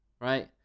Right